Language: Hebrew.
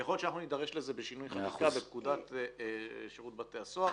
ויכול להיות שאנחנו נידרש לזה בשינוי חקיקה בפקודת שירות בתי הסוהר.